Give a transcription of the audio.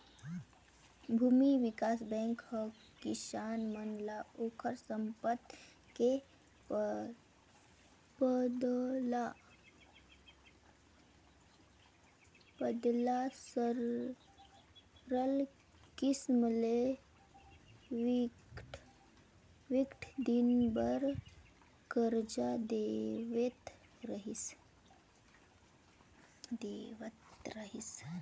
भूमि बिकास बेंक ह किसान मन ल ओखर संपत्ति के बदला सरल किसम ले बिकट दिन बर करजा देवत रिहिस